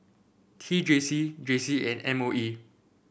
T J C J C and M O E